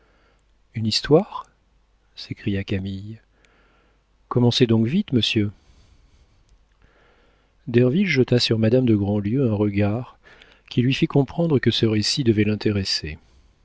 une histoire s'écria camille commencez donc vite monsieur derville jeta sur madame de grandlieu un regard qui lui fit comprendre que ce récit devait l'intéresser